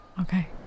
Okay